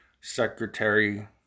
Secretary